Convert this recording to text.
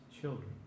children